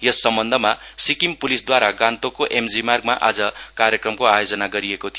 यस सम्वन्धमा सिक्किम पुलिसद्वारा गान्तोकको एमजि मार्गमा आज कार्यक्रमको आयोजना गरिएको थियो